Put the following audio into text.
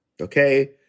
okay